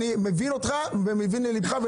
אני מבין אותך ומבין לליבך.